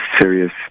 serious